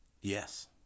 Yes